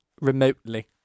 remotely